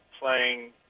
playing